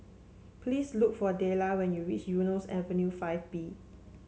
please look for Delia when you reach Eunos Avenue Five B